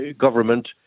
government